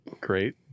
great